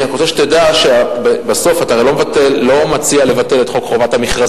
אני רק רוצה שתדע שבסוף אתה הרי לא מציע לבטל את חוק חובת המכרזים.